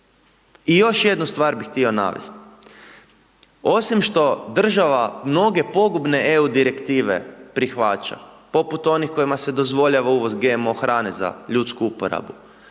I još jednu stvar bi htio navesti. Osim što, država, mnoge pogubne EU direktive prihvaća, poput onih kojima se dozvoljava GMO hrane za ljudsku uporabu,